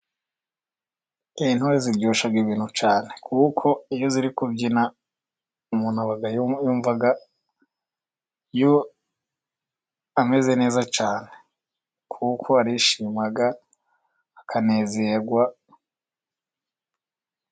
Intore ziryoshya ibirori cyane. Kuko iyo ziri kubyina， umuntu aba yumva ameze neza cyane， kuko arishima akanezerwa.